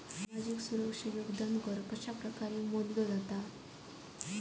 सामाजिक सुरक्षा योगदान कर कशाप्रकारे मोजलो जाता